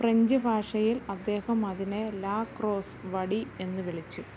French ഭാഷയിൽ അദ്ദേഹം അതിനെ ലാ ക്രോസ് വടി എന്ന് വിളിച്ചു